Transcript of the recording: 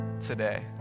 today